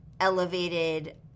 elevated